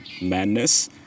madness